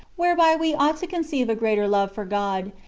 whereby we ought to conceive a greater love for god,